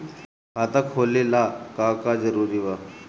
खाता खोले ला का का जरूरी बा?